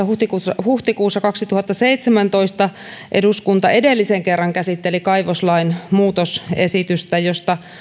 huhtikuussa huhtikuussa kaksituhattaseitsemäntoista eduskunta edellisen kerran käsitteli kaivoslain muutosesitystä josta